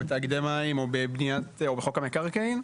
תאגידי מים או בחוק המקרקעין,